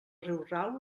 riurau